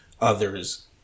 others